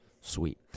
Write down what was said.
Sweet